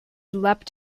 leapt